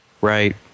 Right